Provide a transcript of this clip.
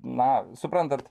na suprantat